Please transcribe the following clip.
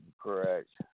Correct